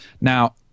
now